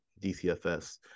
DCFS